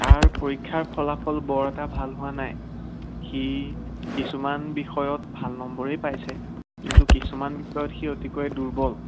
তাৰ পৰীক্ষাৰ ফলাফল বৰ এটা ভাল হোৱা নাই সি কিছুমান বিষয়ত ভাল নম্বৰেই পাইছে কিন্তু কিছুমান বিষয়ত সি অতিকৈ দুৰ্বল